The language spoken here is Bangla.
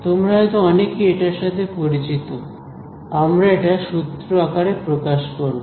তোমরা হয়তো অনেকেই এটার সাথে পরিচিত আমরা এটা সূত্র আকারে প্রকাশ করব